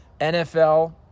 NFL